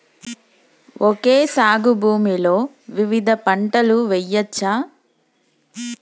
Okay సాగు భూమిలో వివిధ పంటలు వెయ్యచ్చా?